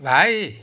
भाइ